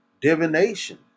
divination